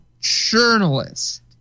journalist